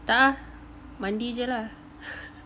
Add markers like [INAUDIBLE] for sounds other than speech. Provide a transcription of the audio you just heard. tak ah mandi aja lah [LAUGHS]